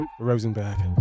Rosenberg